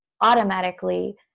automatically